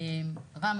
רם,